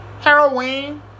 heroin